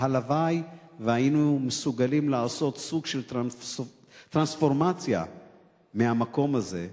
והלוואי שהיינו מסוגלים לעשות סוג של טרנספורמציה מהמקום הזה,